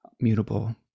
mutable